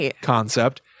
concept